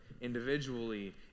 individually